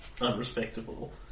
unrespectable